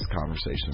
conversation